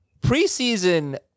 Preseason